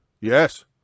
Yes